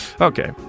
Okay